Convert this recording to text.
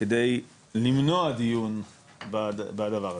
כדי למנוע דיון בדבר הזה?